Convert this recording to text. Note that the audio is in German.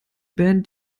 band